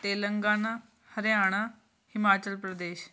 Telangana Haryana Himachal Pradesh